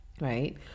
right